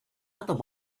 other